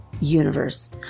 universe